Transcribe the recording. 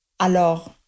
Alors